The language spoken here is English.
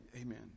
Amen